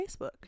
Facebook